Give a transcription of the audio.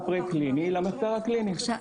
אבל פה אתה צריך אישור היק"ר, התהליך יותר מסובך.